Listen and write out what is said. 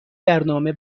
برنامه